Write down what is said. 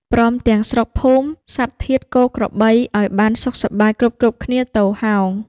ព្រមទាំងស្រុកភូមិ សត្វធាតុគោក្របី ឲ្យបានសុខសប្បាយគ្រប់ៗគ្នាទោហោង”